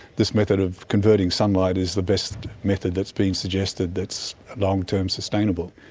this method of converting sunlight is the best method that's been suggested that's long-term sustainable.